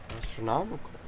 astronomical